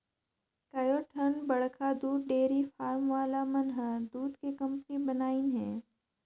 कयोठन बड़खा दूद डेयरी फारम वाला मन हर दूद के कंपनी बनाईंन हें